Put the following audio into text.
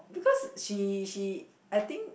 because she she I think